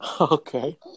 Okay